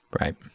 Right